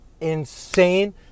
Insane